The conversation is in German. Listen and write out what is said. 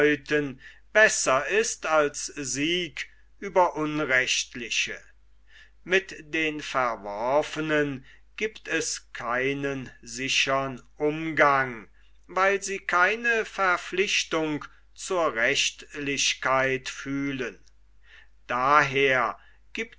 besser ist als sieg über unrechtliche mit den verworfenen giebt es keinen sichern umgang weil sie keine verpflichtung zur rechtlichkeit fühlen daher giebt